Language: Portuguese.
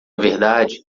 verdade